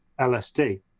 lsd